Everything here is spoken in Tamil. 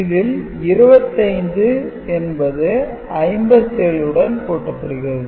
இதில் 25 என்பது 57 உடன் கூட்டப்படுகிறது